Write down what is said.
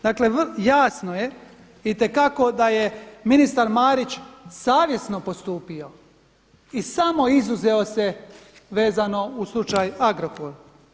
Dakle, jasno je itekako da je ministar Marić savjesno postupio i samo izuzeo se vezano u slučaj Agrokor.